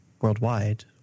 worldwide